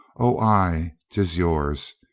oh, ay, tis yours.